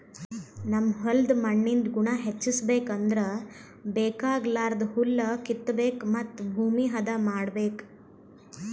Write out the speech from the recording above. ನಮ್ ಹೋಲ್ದ್ ಮಣ್ಣಿಂದ್ ಗುಣ ಹೆಚಸ್ಬೇಕ್ ಅಂದ್ರ ಬೇಕಾಗಲಾರ್ದ್ ಹುಲ್ಲ ಕಿತ್ತಬೇಕ್ ಮತ್ತ್ ಭೂಮಿ ಹದ ಮಾಡ್ಬೇಕ್